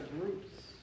groups